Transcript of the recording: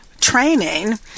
training